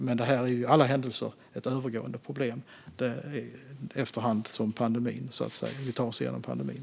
Men det här är i alla händelser ett problem som går över efter hand som vi tar oss igenom pandemin.